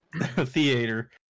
theater